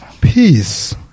Peace